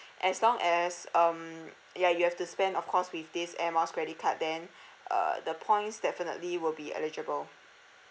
as long as um ya you have to spend of course with this air miles credit card then uh the points definitely will be eligible